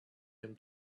him